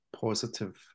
positive